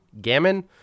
Gammon